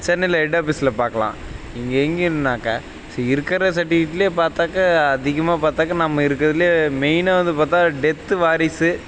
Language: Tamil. சென்னையில் ஹெட் ஆஃபிஸ்சில் பார்க்கலாம் இங்கே எங்கேனாக்கால் சே இருக்கிற சர்டிவிகேட்டிலே பார்த்தாக்கா அதிகமாக பார்த்தாக்கா நம்ம இருக்கிறதுலே மெயினாக வந்து பார்த்தா டெத்து வாரிசு